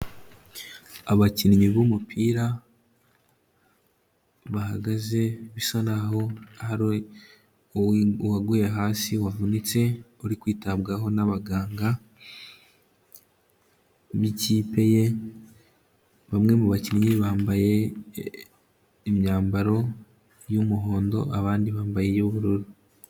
Abakinnyi b'umupira bahagaze bisa n'aho hari uwaguye hasi wavunitse, uri kwitabwaho n'abaganga b'ikipe ye, bamwe mu bakinnyi bambaye imyambaro y'umuhondo, abandi bambaye iy'ubururu.